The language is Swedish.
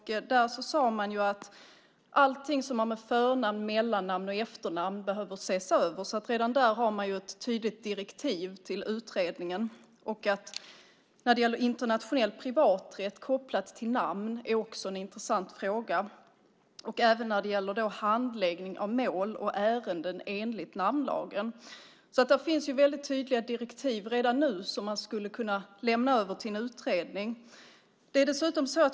Där sade man att allting som har med förnamn, mellannamn och efternamn att göra behöver ses över. Redan där har man ett tydligt direktiv till utredningen. Internationell privaträtt kopplat till namn är också en intressant fråga, liksom handläggning av mål och ärenden enligt namnlagen. Det finns väldigt tydliga direktiv redan nu som man skulle kunna lämna över till en utredning.